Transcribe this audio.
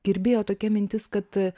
kirbėjo tokia mintis kad